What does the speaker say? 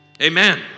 Amen